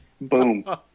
Boom